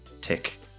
tick